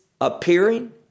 appearing